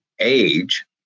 age